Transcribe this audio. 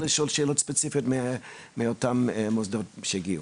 לשאול את השאלות הספציפיות מאותם מוסדות ומשרדי ממשלה שהגיעו.